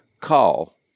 call